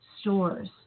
stores